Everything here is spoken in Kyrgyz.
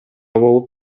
болуп